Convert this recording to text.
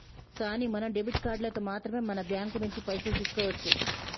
కానీ మనం డెబిట్ కార్డులతో మాత్రమే మన బ్యాంకు నుంచి పైసలు తీసుకోవచ్చు